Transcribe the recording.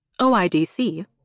OIDC